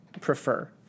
prefer